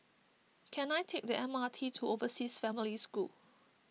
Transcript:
can I take the M R T to Overseas Family School